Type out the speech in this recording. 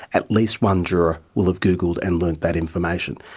at least one juror will have googled and learned that information.